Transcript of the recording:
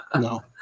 no